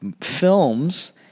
films